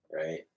right